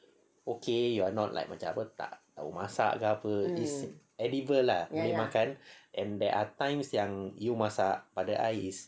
okay you are not like macam apa tak tahu masak ke apa it's edible lah boleh makan and there times yang you masak pada I is